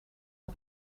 het